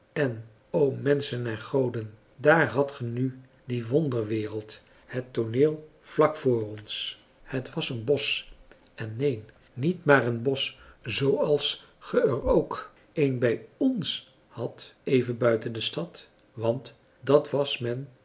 en o menschen en goden daar had ge nu die wonderwereld het tooneel vlak voor ons het was een bosch en neen niet maar een bosch zooals ge er ook een bij ns hadt even buiten de stad want dat was men